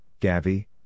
GAVI